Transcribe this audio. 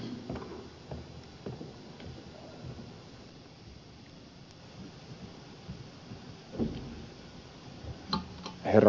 arvoisa herra puhemies